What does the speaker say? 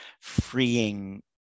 freeing